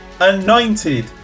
anointed